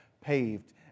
paved